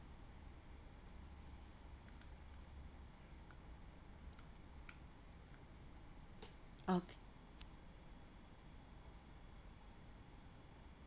okay